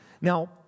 Now